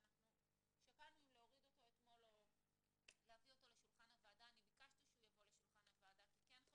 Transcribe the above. כמו נייר העמדה שהביאו לנו שהמטרה של המצלמות האלה הן גם